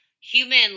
human